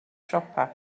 siopau